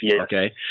Okay